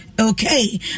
Okay